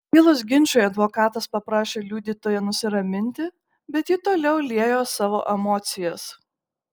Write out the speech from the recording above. kilus ginčui advokatas paprašė liudytoją nusiraminti bet ji toliau liejo savo emocijas